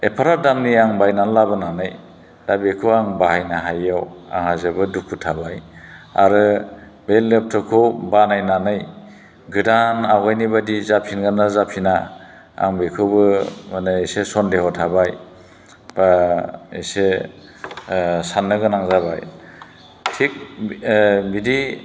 एफाराब दामनि आं बायनानै लाबोनानै दा बेखौ आं बाहायनो हायैयाव आंहा जोबोद दुखु थाबाय आरो बे लेपटपखौ बानायनानै गोदान आवगायनिबादि जाफिनगोन ना जाफिना आं बेखौबो माने एसे सनदेह' थाबाय बा एसे साननो गोनां जाबाय थिग बिदि